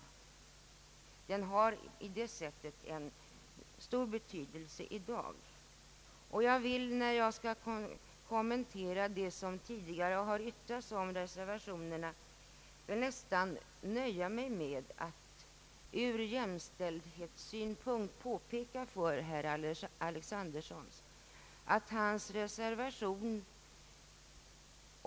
Arvsrätten har på det sättet en stor betydelse i dag. När jag skall kommentera det som tidigare har yttrats om reservationerna vill jag nöja mig med att beröra herr Alexandersons reservation ur jämställdhetssynpunkt.